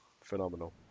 phenomenal